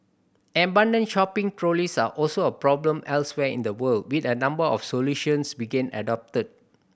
abandoned shopping trolleys are also a problem elsewhere in the world with a number of solutions being adopted